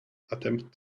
attempt